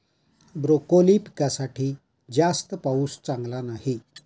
broccoli पिकासाठी जास्त पाऊस चांगला नाही